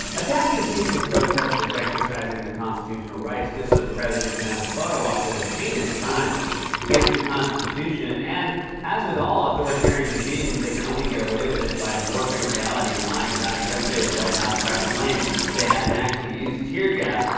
attacking peaceful protesters exercising their constitutional rights just so the president can have a photo op is a heinous crime against the constitution. and as with all authoritarian regimes, they can only get away with it by warping reality and lying about it. yesterday, the white house tried to claim they hadn't actually used tear gas,